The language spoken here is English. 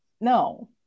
no